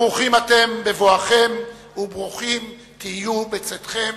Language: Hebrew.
ברוכים אתם בבואכם וברוכים תהיו בצאתכם.